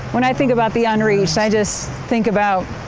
when i think about the unreached, i just think about